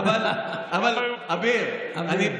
אביר, כן.